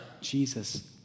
Jesus